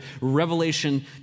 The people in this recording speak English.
Revelation